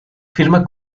firma